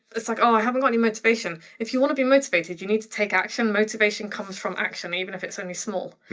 it's like, aw, i haven't got any motivation. if you want to be motivated you need to take action. motivation comes from action even if it's only small.